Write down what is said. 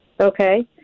Okay